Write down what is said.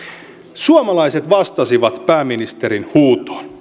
suomalaiset vastasivat pääministerin huutoon